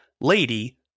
lady